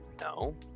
no